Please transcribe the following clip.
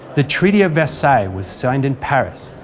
the treaty of versailles was signed in paris,